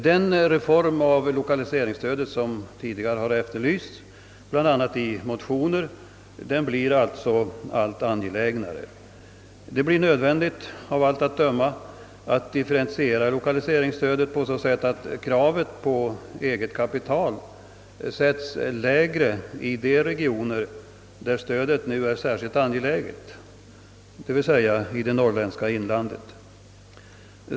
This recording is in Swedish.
Den reform av lokaliseringsstödet som tidigare har efterlysts bl.a. i motioner blir alltså allt angelägnare. Det blir nödvändigt, av allt att döma, att differentiera lokaliseringsstödet på så sätt att kravet på eget kapital sätts lägre i de regioner där stödet nu är särskilt angeläget, d.v.s. i det norrländska inlandet.